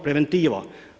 Preventiva.